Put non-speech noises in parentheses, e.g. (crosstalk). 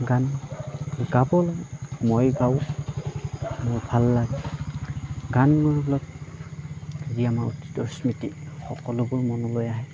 গান গাব লাগে মই গাওঁ মোৰ ভাল লাগে গান মোৰ এইবিলাক (unintelligible) মোৰ অতীতৰ স্মৃতি সকলোবোৰ মনলৈ আহে